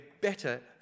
better